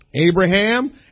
Abraham